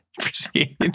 Proceed